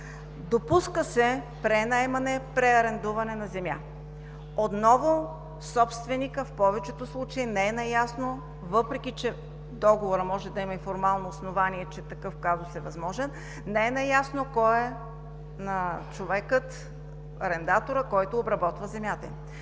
Допуска се пренаемане, преарендуване на земя. Отново собственикът в повечето случаи не е наясно, въпреки че договорът може да има формално основание, че такъв казус е възможен, не е наясно кой е човекът - арендаторът, който обработва земята